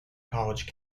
college